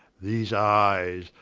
these eyes,